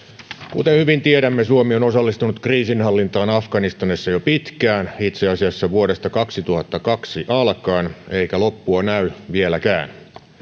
kuten hyvin tiedämme suomi on osallistunut kriisinhallintaan afganistanissa jo pitkään itse asiassa vuodesta kaksituhattakaksi alkaen eikä loppua näy vieläkään